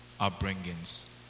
upbringings